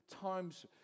times